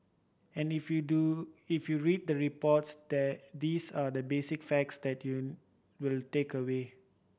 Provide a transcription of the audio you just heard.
and if you do if you read the reports there these are the basic facts that you'll will take away